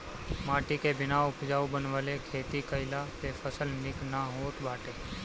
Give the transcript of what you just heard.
माटी के बिना उपजाऊ बनवले खेती कईला पे फसल निक ना होत बाटे